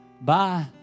Bye